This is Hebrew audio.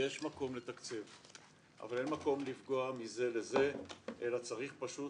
יש מקום לתקצב אבל אין מקום לפגוע מזה לזה אלא צריך פשוט